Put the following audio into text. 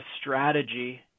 strategy